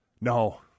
No